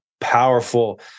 powerful